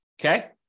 okay